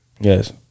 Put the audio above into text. Yes